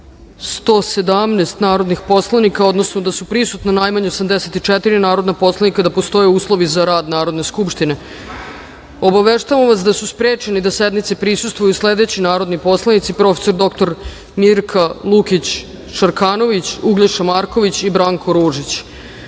117 narodnih poslanika, odnosno da su prisutna najmanje 84 narodna poslanika i da postoje uslovi za rad Narodne skupštine. Obaveštavam vas da su sprečeni da sednici prisustvuju sledeći narodni poslanici: prof. dr Mirka Lukić Šarkanović, Uglješa Marković i Branko